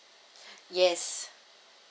yes